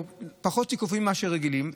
או פחות תיקופים ממה שרגילים,